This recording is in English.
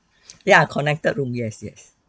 ya connected room yes yes